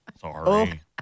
Sorry